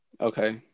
Okay